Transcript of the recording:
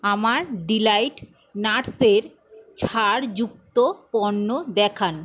আমার ডিলাইট নাটসের ছাড়যুক্ত পণ্য দেখান